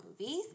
movies